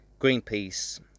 Greenpeace